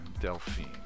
Delphine